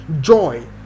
Joy